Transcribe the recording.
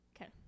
Okay